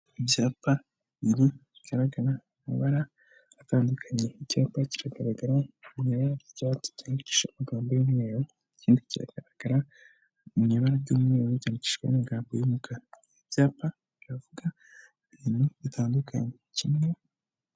Ibyapa bibiri bigaragara amabara atandukanye; icyapa kiragaragara mu ibara ry'icyatsi kinshi, amagambo y'umweru ikindi kiragaragara mu ibara ry'umweru cyanditswemo amagambo y' umukara, ibyapa biravuga ibintu bitandukanye.